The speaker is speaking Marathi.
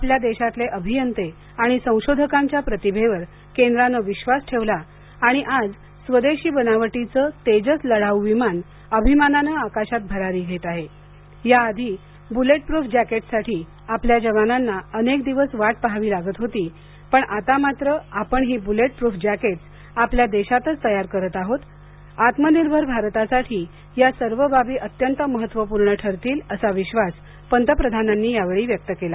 आपल्या देशातले अभियंते आणि संशोधकांच्या प्रतिभेवर केंद्रानं विश्वास ठेवला आणि आज स्वदेशी बनावटीचं तेजस लढाऊ विमान अभिमानानं आकाशात भरारी घेत आहे याआधी बुलेटप्रुफ जॅकेटससाठी आपल्या जवानांना अनेक दिवस वाट पहावी लागत होती पण आता मात्र आपण ही बुलेटप्रुफ जॅकेटस आपल्या देशातच तयार करत आहोत आत्मनिर्भर भारतासाठी या सर्व बाबी अत्यंत महत्त्वपूर्ण ठरतील असा विश्वास पंतप्रधानांनी यावेळी व्यक्त केला